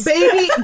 Baby